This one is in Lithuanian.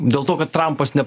dėl to kad trampas ne